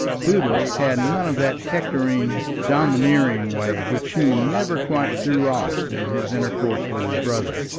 boodle had none of that hectoring, domineering way which hugh never quite threw off in his intercourse with his brother.